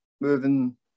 moving